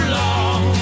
long